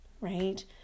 right